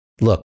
look